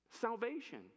Salvation